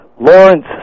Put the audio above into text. Lawrence